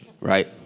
right